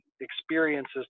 experiences